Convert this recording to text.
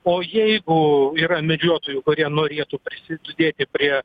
o jeigu yra medžiotojų kurie norėtų prisidėti prie